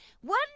One